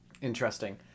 Interesting